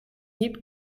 diep